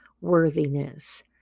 worthiness